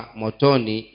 motoni